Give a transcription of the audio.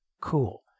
cool